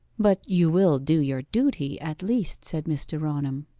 but you will do your duty at least said mr. raunham.